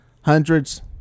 Hundreds